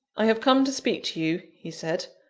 i have come to speak to you, he said,